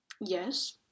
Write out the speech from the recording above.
Yes